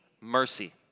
mercy